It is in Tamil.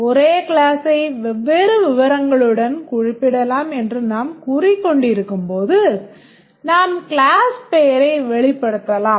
ஒரே கிளாஸை வெவ்வேறு விவரங்களுடன் குறிப்பிடலாம் என்று நாம் கூறிக்கொண்டிருக்கும்போது நாம் கிளாஸ் பெயரைக் வெளிப்படுத்தலாம்